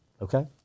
Okay